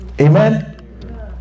amen